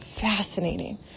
fascinating